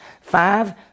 Five